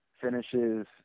finishes